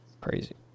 crazy